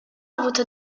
avuto